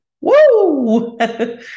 Woo